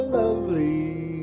lovely